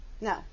No